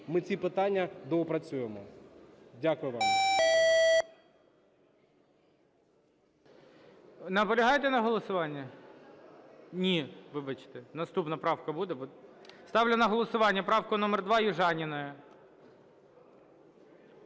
ми ці питання доопрацюємо. Дякую вам.